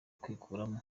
kwikuramo